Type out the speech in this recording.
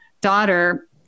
daughter